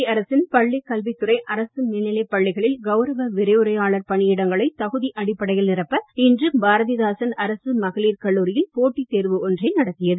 புதுச்சேரி அரசின் பள்ளிக் கல்வித் துறை அரசு மேல்நிலைப் பள்ளிகளில் கவுர விரிவுரையாளர் பணியிடங்களை தகுதி அடிப்படையில் நிரப்ப இன்று பாரதிதாசன் அரசு மகளிர் கல்லூரியில் போட்டித் தேர்வு ஒன்றை நடத்தியது